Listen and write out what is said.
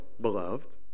beloved